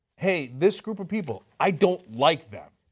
hey, this group of people, i don't like them.